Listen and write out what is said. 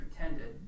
pretended